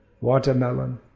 watermelon